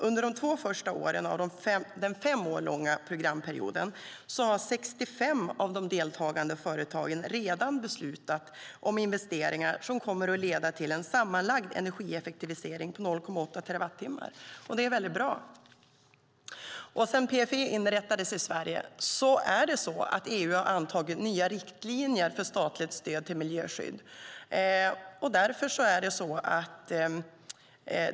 Under de två första åren av den fem år långa programperioden har 65 av de deltagande företagen redan beslutat om investeringar som kommer att leda till en sammanlagd energieffektivisering på 0,8 terawattimmar, och det är mycket bra. Sedan PFE inrättades i Sverige har EU antagit nya riktlinjer för statligt stöd till miljöskydd.